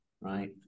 right